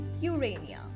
Urania